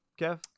Kev